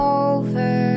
over